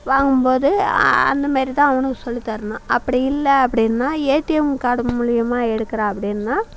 வாங்கும்போது அந்த மாரி தான் அவனுக்கு சொல்லி தரணும் அப்படி இல்லை அப்படினா ஏடிஎம் கார்டு மூலயமா எடுக்கிற அப்படின்னா